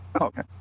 okay